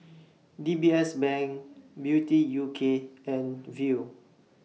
D B S Bank Beauty U K and Viu